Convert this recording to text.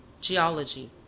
Geology